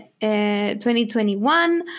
2021